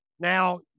Now